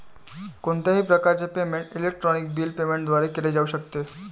कोणत्याही प्रकारचे payment electronic bill payment द्वारे केले जाऊ शकते